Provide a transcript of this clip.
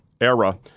era